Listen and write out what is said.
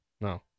no